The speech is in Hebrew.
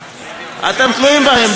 אתם תלויים בהם.